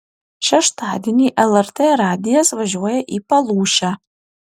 šeštadienį lrt radijas važiuoja į palūšę